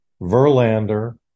Verlander